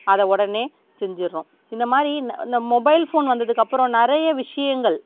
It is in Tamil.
அதை உடனே செஞ்சிடறோம் இந்த மாதிரி இந்த மொபைல் ஃபோன் வந்ததுக்கப்பறம் நிறைய விஷயங்கள்